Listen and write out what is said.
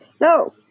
No